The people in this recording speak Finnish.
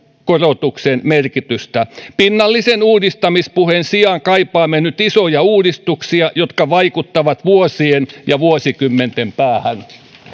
korotuksen merkitystä pinnallisen uudistamispuheen sijaan kaipaamme nyt isoja uudistuksia jotka vaikuttavat vuosien ja vuosikymmenten päähän